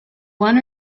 one